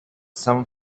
some